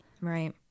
Right